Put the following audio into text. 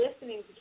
listening